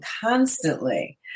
constantly